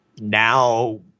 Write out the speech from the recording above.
Now